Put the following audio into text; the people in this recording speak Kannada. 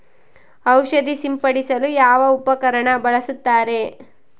ಔಷಧಿ ಸಿಂಪಡಿಸಲು ಯಾವ ಉಪಕರಣ ಬಳಸುತ್ತಾರೆ?